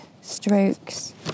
strokes